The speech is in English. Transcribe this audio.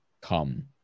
come